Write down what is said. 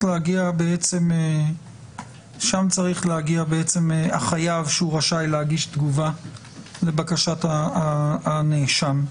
להגיע בעצם החייב שרשאי להגיש תגובה לבקשת הנאשם.